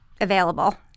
available